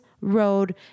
road